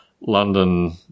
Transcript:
London